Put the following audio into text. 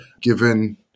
given